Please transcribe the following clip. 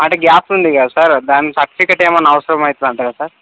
అది గ్యాప్ ఉంది కదా సార్ దాని సర్టిఫికెట్ ఏమన్న అవసరం అవుతుంది అంటారా సార్